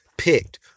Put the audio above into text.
Picked